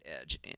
edge